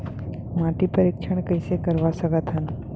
माटी परीक्षण कइसे करवा सकत हन?